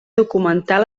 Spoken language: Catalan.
documentar